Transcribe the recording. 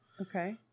okay